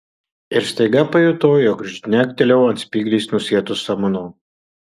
ir staiga pajutau jog žnektelėjau ant spygliais nusėtų samanų